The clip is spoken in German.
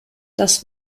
das